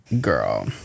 Girl